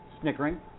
snickering